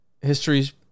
history's